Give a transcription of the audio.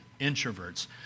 introverts